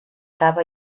cava